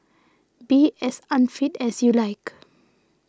be as unfit as you like